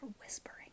whispering